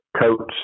coats